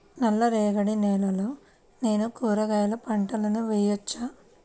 నల్ల రేగడి నేలలో నేను కూరగాయల పంటను వేయచ్చా?